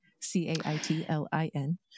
C-A-I-T-L-I-N